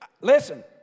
Listen